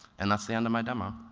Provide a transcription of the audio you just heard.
and that's the end of my demo.